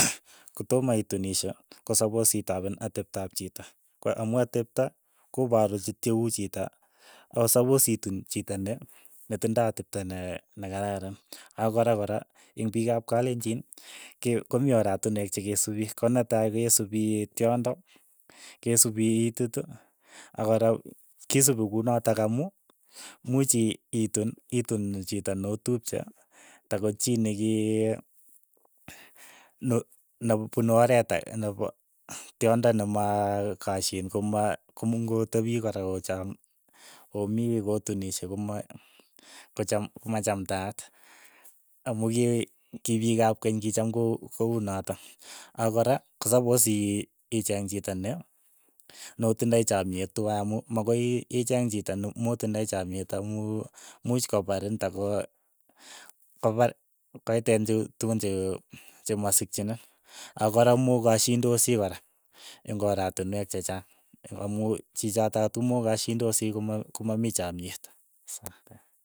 Kotoma itunishe, ko sapos itapen ateptop chito, kor amu atepto koparu chit che uu chito. ako sapos ituun chito ne- netindoi atepto ne nekararan. akorakora, ing' piik ap kalenjin, ke komii oratinwek chekesupi, konetai kesupi tyondo, kesupi itit, akora kisupi kunotok amu muuch i- ituun, ituun chito notupche. ta kochii nekii no nepune oret ake, nepo tyondo nemakashiin, koma kong'otepi kora ocham, omii kotunishe koma, kocham komachamtaat, amu kiae kii piik ap keny ki cham ko kounotok, ako kora. ko sapos ii icheng chito ne. notindoi chamyet twai amu mokoi icheng chito nemotindoi chamyet amu muuch koparin ta ko, kopar koiteen che tukun che- chemasikchini, akora mokashindosi kora, ing' oratinwek chechaang, amu chichotok atumokashindosi koma komamii chamyet.